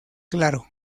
claro